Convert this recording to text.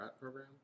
program